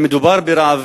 מדובר ברב